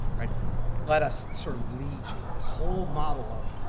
let us sort of lead you, this whole model of